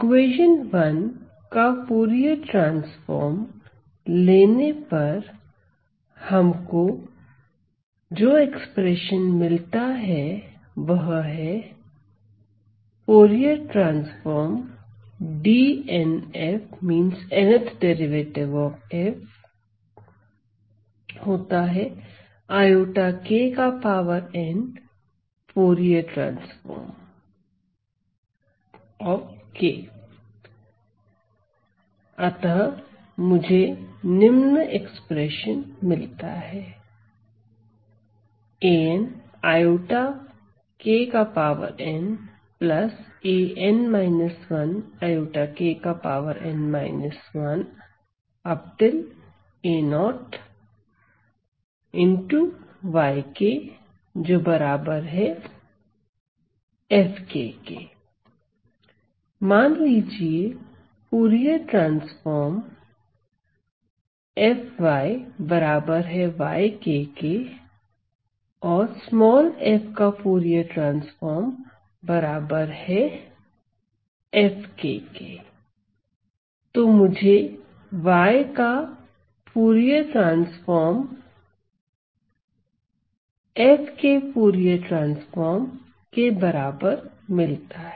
equation 1 का Fourier transform लेने पर हमको निम्न एक्सप्रेशन मिलता है अतः मुझे निम्न एक्सप्रेशन मिलता है मान लीजिए फूरिये ट्रांसफॉर्म तो मुझे Y का फूरिये ट्रांसफॉर्म F के फूरिये ट्रांसफॉर्म के बराबर मिलता है